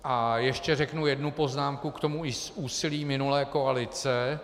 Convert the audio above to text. A ještě řeknu jedno poznámku k tomu úsilí minulé koalice.